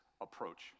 approach